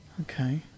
Okay